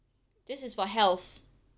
this is for health